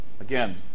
Again